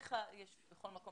לצערנו יש אנטישמיות בכל מקום.